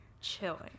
chilling